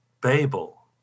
Babel